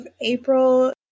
April